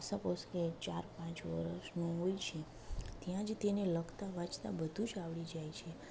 suppose કે ચાર પાંચ વર્ષનું હોય છે ત્યાં જ તેને લખતા વાંચતાં બધુ જ આવડી જાય છે